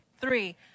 three